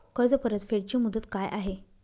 कर्ज परतफेड ची मुदत काय आहे?